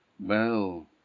Well